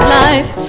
life